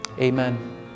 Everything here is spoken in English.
Amen